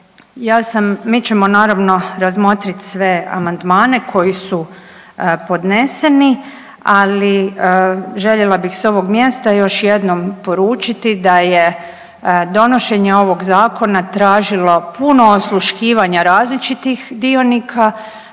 Mi ćemo naravno razmotriti sve amandmane koji su podneseni, ali željela bih s ovog mjesta još jednom poručiti da je donošenje ovog zakona tražilo puno osluškivanja različitih dionika,